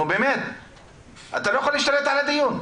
אתה לא יכול להשתלט על הדיון.